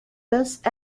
best